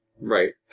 Right